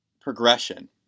progression